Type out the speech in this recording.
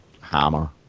hammer